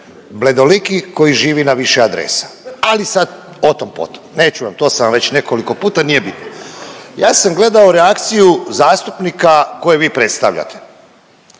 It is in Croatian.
Bledoliki koji živi na više adresa ali sad otom potom, neću vam, to sam vam već nekoliko puta nije bitno. Ja sam gledao reakciju zastupnika koje vi predstavljate